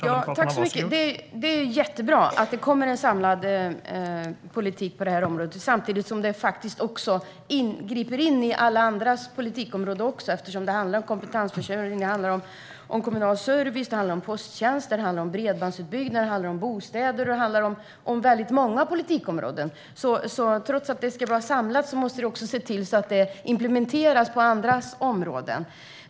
Herr talman! Det är jättebra att det kommer en samlad politik på området, samtidigt som det faktiskt också griper in i alla andra politikområden. Det handlar ju om kompetensförsörjning, kommunal service, posttjänster, bredbandsutbyggnad och bostäder, alltså väldigt många politikområden. Trots att det ska vara samlat måste man ändå se till att det implementeras på andra områden.